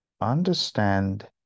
Understand